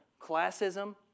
Classism